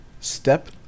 step